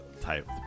type